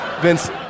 Vince